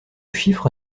chiffre